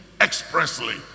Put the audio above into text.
expressly